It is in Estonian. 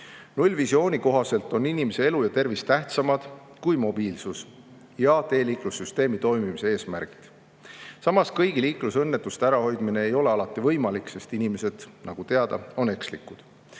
Nullvisiooni kohaselt on inimese elu ja tervis tähtsamad kui mobiilsus ja teeliiklussüsteemi toimimise eesmärgid. Samas, kõigi liiklusõnnetuste ärahoidmine ei ole alati võimalik, sest inimesed, nagu teada, on ekslikud.